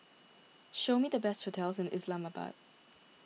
show me the best hotels in Islamabad